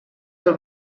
del